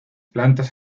plantas